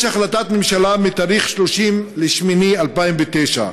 יש החלטת ממשלה מיום 30 באוגוסט 2009,